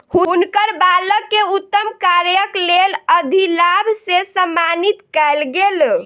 हुनकर बालक के उत्तम कार्यक लेल अधिलाभ से सम्मानित कयल गेल